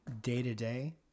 day-to-day